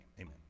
Amen